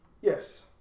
Yes